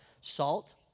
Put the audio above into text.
salt